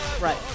Right